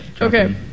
okay